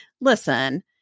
listen